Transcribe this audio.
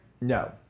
No